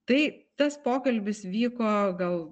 tai tas pokalbis vyko gal